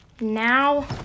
Now